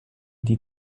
die